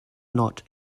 not